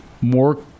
More